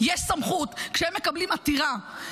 יש סמכות: כשהם מקבלים עתירה,